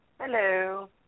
Hello